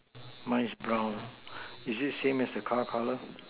mice brown is it same as the car colour